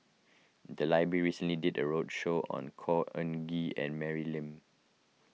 the library recently did a roadshow on Khor Ean Ghee and Mary Lim